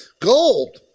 Gold